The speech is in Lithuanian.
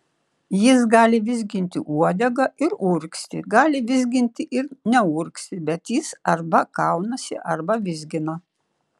jis gali vizginti uodegą ir urgzti gali vizginti ir neurgzti bet jis arba kaunasi arba vizgina